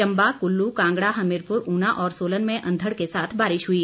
चंबा कुल्लू कांगड़ा हमीरपुर उना और सोलन में अंधड़ के साथ बारिश हुई